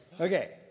Okay